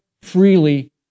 freely